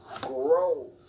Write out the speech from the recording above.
grow